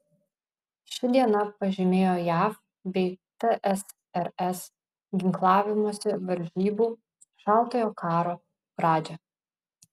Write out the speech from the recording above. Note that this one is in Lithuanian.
ši diena pažymėjo jav bei tsrs ginklavimosi varžybų šaltojo karo pradžią